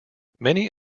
many